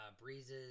Breeze's